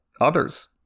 others